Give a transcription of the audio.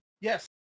Yes